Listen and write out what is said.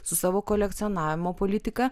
su savo kolekcionavimo politika